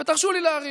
ותרשו לי להעריך,